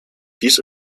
dies